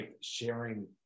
sharing